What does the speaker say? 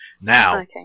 now